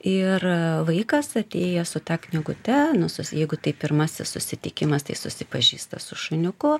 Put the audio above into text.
ir vaikas atėjęs su ta knygute nu sus jeigu tai pirmasis susitikimas tai susipažįsta su šuniuku